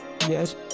Yes